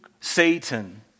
Satan